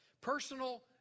Personal